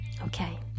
Okay